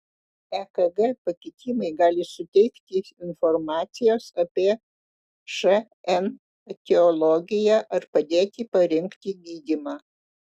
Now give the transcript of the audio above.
ekg pakitimai gali suteikti informacijos apie šn etiologiją ar padėti parinkti gydymą